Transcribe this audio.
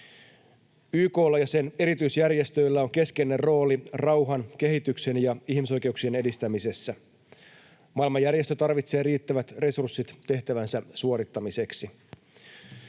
ja sen erityisjärjestöillä on keskeinen rooli rauhan, kehityksen ja ihmisoikeuksien edistämisessä. Maailmanjärjestö tarvitsee riittävät resurssit tehtävänsä suorittamiseksi.